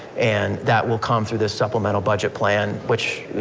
and that will come through this supplemental budget plan, which,